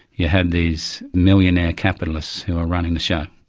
you had these millionaire capitalists who were running the show.